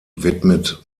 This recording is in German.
widmet